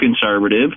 conservative